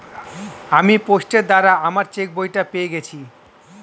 আমি পোস্টের দ্বারা আমার চেকবইটা পেয়ে গেছি